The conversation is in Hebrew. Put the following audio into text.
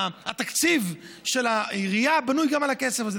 התקציב של העירייה בנוי גם על הכסף הזה.